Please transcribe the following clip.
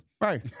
Right